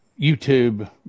YouTube